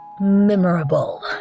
memorable